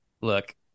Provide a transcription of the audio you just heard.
look